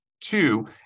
Two